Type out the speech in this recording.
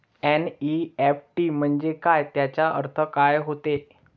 NEFT म्हंजे काय, त्याचा अर्थ काय होते?